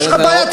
יש לך בעיה?